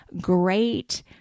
great